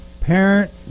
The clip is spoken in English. parent